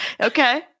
Okay